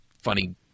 funny